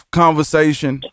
conversation